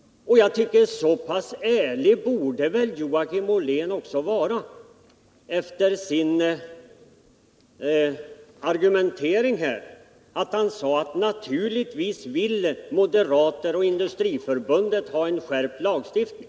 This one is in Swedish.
Så pass ärlig borde också Joakim Ollén vara att han efter sin argumentering här säger att naturligtvis vill moderaterna och Industriförbundet ha en skärpt lagstiftning.